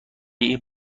این